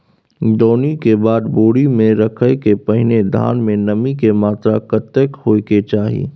दौनी के बाद बोरी में रखय के पहिने धान में नमी के मात्रा कतेक होय के चाही?